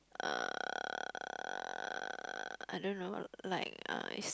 uh I don't know like uh it's super